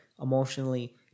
emotionally